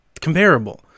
comparable